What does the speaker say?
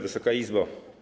Wysoka Izbo!